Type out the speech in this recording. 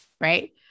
right